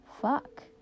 fuck